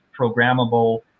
programmable